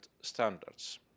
standards